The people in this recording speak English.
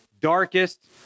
darkest